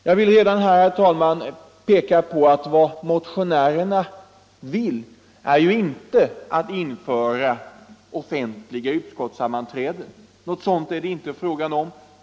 Jag vill redan här peka på att vad motionärerna syftar till inte är att införa offentliga utskottssammanträden.